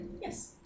Yes